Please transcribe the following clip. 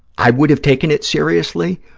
i would have taken it seriously,